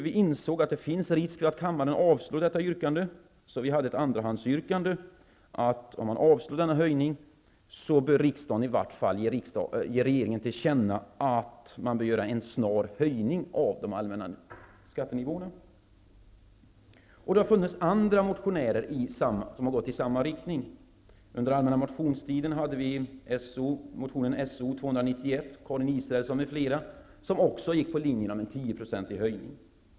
Vi insåg att det finns en risk för att kammaren avslår detta yrkande, så vi har ett andrahandsyrkande om att riksdagen i varje fall bör regeringen till känna att det bör ske en snar höjning av de allmänna skattenivåerna. Det har också funnits andra motionärer som har gått i samma riktning. Under allmänna motionstiden väcktes motion So291 av Karin procentig höjning.